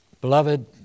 beloved